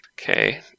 Okay